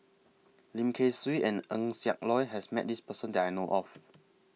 Lim Kay Siu and Eng Siak Loy has Met This Person that I know of